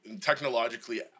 technologically